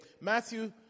Matthew